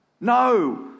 No